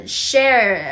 share